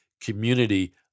community